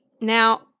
Now